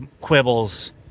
quibbles